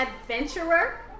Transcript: adventurer